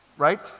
Right